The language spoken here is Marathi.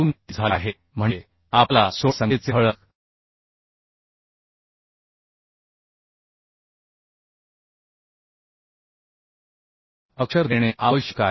03 झाले आहे म्हणजे आपल्याला 16 संख्येचे ठळक अक्षर देणे आवश्यक आहे